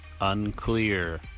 unclear